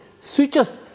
switches